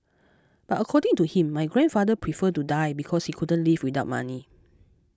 but according to him my grandfather preferred to die because he couldn't live without money